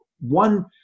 one